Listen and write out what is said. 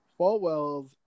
Fallwells